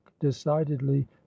decidedly